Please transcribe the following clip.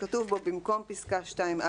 שכתוב בו: "(2) במקום פסקה (2א7),